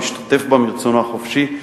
המשתתף בה מרצונו החופשי,